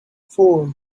four